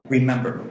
remember